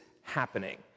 happening